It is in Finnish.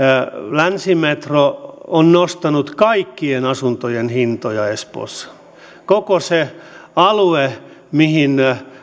länsimetro on nostanut kaikkien asuntojen hintoja espoossa koko sillä alueella mihin